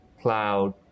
cloud